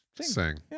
sing